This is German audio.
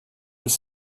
ist